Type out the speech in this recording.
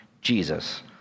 Jesus